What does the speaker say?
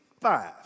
five